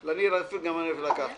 "כלל".